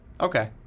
Okay